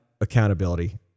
accountability